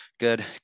Good